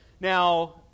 Now